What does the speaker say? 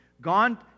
gone